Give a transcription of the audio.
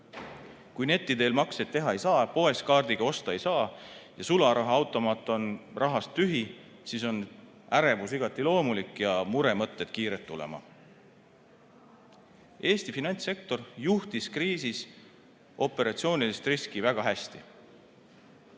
Kui neti teel makseid teha ei saa, poes kaardiga osta ei saa ja sularahaautomaat on rahast tühi, siis on ärevus igati loomulik ja muremõtted kiired tulema. Eesti finantssektor juhtis kriisis operatsioonilist riski väga hästi.